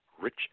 rich